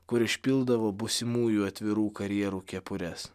kur išpildavo būsimųjų atvirų karjerų kepures